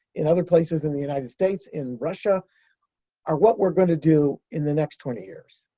in other places in the united states, in russia are what we're going to do in the next twenty years.